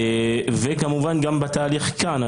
וכמובן גם בתהליך כאן.